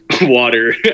water